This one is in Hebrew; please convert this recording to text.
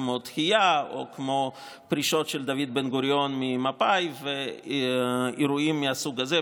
כמו התחיה או פרישתו של דוד בן-גוריון ממפא"י ואירועים מהסוג הזה,